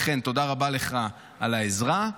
לכן, תודה רבה לך על העזרה.